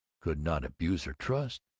could not abuse her trust.